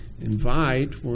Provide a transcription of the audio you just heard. Invite